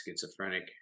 schizophrenic